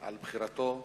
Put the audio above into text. על בחירתו,